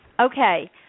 Okay